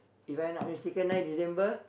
If I am not mistaken nine December